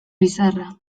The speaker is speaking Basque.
bizarra